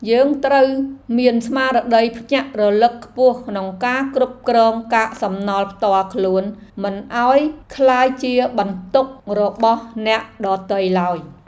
យើងត្រូវមានស្មារតីភ្ញាក់រលឹកខ្ពស់ក្នុងការគ្រប់គ្រងកាកសំណល់ផ្ទាល់ខ្លួនមិនឱ្យក្លាយជាបន្ទុករបស់អ្នកដទៃឡើយ។